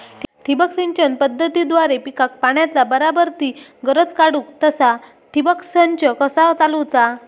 ठिबक सिंचन पद्धतीद्वारे पिकाक पाण्याचा बराबर ती गरज काडूक तसा ठिबक संच कसा चालवुचा?